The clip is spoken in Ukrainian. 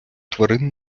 тварин